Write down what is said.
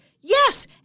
Yes